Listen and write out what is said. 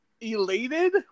elated